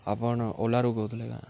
ଆପଣ୍ ଓଲାରୁ କହୁଥିଲେ କେଁ